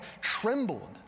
trembled